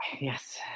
yes